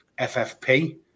FFP